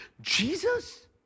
Jesus